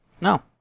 No